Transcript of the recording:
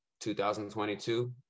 2022